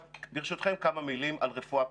ברשותכם, כמה מילים על רפואה פנימית.